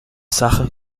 sache